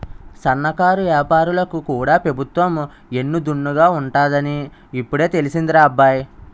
సన్నకారు ఏపారాలకు కూడా పెబుత్వం ఎన్ను దన్నుగా ఉంటాదని ఇప్పుడే తెలిసిందిరా అబ్బాయి